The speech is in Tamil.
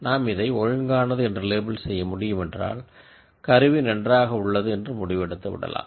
நாம் இதை நார்மல்என்று லேபில் செய்யமுடியும் என்றால் எக்யுப்மென்ட் நன்றாக உள்ளது என்று முடிவெடுத்து விடலாம்